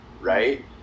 Right